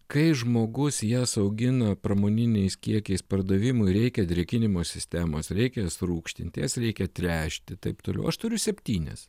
kai žmogus jas augina pramoniniais kiekiais pardavimui reikia drėkinimo sistemos reikia jas rūgštinti jas reikia tręšti taip toliau aš turiu septynias